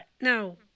No